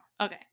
Okay